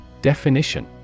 Definition